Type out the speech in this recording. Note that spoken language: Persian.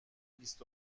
بیست